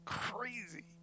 crazy